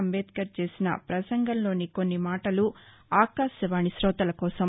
అంబేద్కర్ చేసిన పసంగంలోని కొన్ని మాటలు ఆకాశవాణి శోతల కోసం